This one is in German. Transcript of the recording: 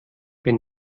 wenn